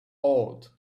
awed